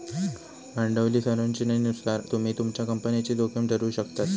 भांडवली संरचनेनुसार तुम्ही तुमच्या कंपनीची जोखीम ठरवु शकतास